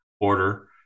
order